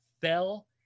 fell